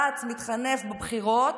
רץ ומתחנף בבחירות,